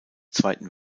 zweiten